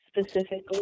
specifically